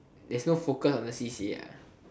they're so focused on the c_c_a